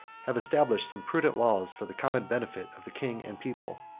have established some prudent laws for the common benefit of the king and people.